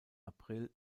april